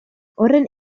horren